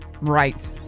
Right